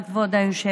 תודה, כבוד היושב-ראש.